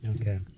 Okay